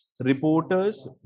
Reporters